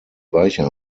weicher